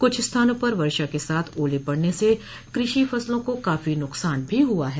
कुछ स्थानों पर वर्षा के साथ ओले पड़ने से कृषि फसलों को काफी नुकसान भी हुआ है